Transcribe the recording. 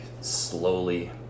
slowly